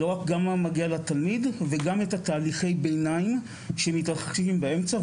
לא רק כמה מגיע לתלמיד וגם את תהליכי הביניים שמתרחשים באמצע.